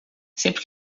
sempre